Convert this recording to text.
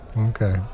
Okay